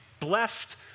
blessed